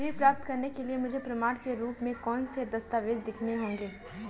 ऋण प्राप्त करने के लिए मुझे प्रमाण के रूप में कौन से दस्तावेज़ दिखाने होंगे?